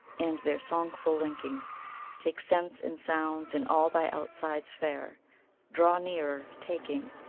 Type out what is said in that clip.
and their songful linking take scents, and sounds, and all thy outsides fair draw nearer, taking,